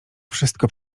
wszystko